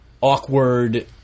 awkward